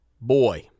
boy